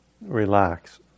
relax